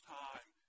time